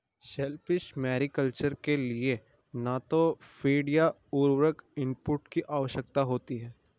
shellfish mariculture के लिए न तो फ़ीड या उर्वरक इनपुट की आवश्यकता होती है